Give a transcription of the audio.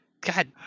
God